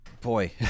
boy